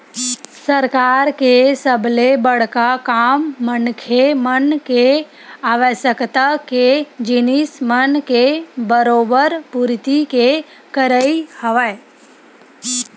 सरकार के सबले बड़का काम मनखे मन के आवश्यकता के जिनिस मन के बरोबर पूरति के करई हवय